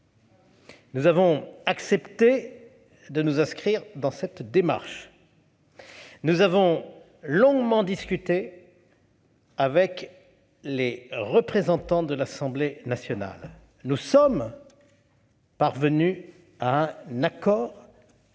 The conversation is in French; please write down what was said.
Nous avons accepté de nous inscrire dans cette démarche. Nous avons longuement discuté avec les représentants de l'Assemblée nationale et nous sommes parvenus à un accord sur tous